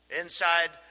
inside